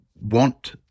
want